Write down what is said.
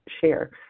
share